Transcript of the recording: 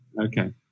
Okay